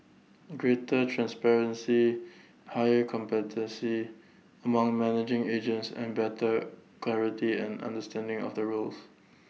greater transparency higher competency among managing agents and better clarity and understanding of the rules